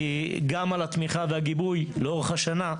גם על התמיכה והגיבוי לאורך השנה,